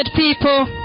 people